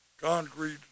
concrete